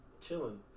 chilling